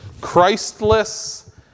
Christless